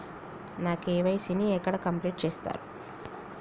నా కే.వై.సీ ని ఎక్కడ కంప్లీట్ చేస్తరు?